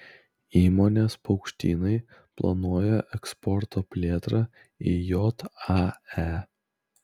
įmonės paukštynai planuoja eksporto plėtrą į jae